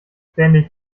ständig